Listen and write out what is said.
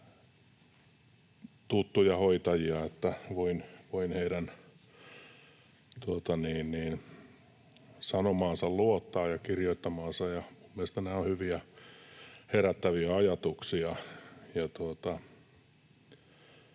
tuttuja hoitajia, että voin heidän sanomaansa ja kirjoittamaansa luottaa, ja mielestäni nämä ovat hyviä, herättäviä ajatuksia.